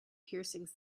piercings